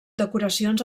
decoracions